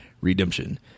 redemption